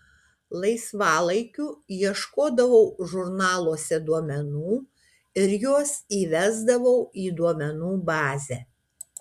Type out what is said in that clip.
laisvalaikiu ieškodavau žurnaluose duomenų ir juos įvesdavau į duomenų bazę